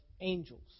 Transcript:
angels